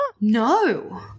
No